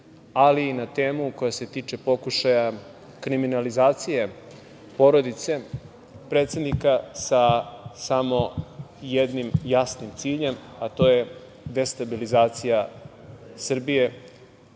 ali i na temu koja se tiče pokušaja kriminalizacije porodice predsednika sa samo jednim jasnim ciljem, a to je destabilizacija Srbije,